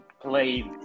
played